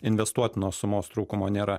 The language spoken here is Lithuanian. investuot nuo sumos trūkumo nėra